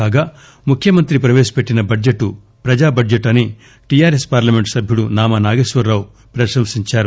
కాగా ముఖ్యమంత్రి ప్రవేశపెట్టిన బడ్జెట్ ప్రజా బడ్జెట్ అని టీఆర్ఎస్ పార్లమెంట్ సభ్యుడు నామా నాగేశ్వరరావు ప్రశంసించారు